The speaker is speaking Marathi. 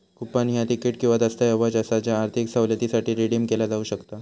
कूपन ह्या तिकीट किंवा दस्तऐवज असा ज्या आर्थिक सवलतीसाठी रिडीम केला जाऊ शकता